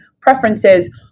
preferences